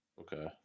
Okay